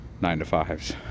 nine-to-fives